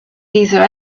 either